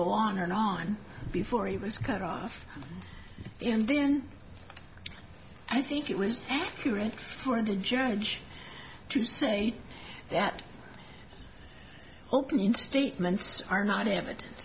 go on and on before he was cut off and then i think it was accurate for the judge to say that opening statements are not evid